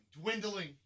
Dwindling